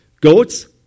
Goats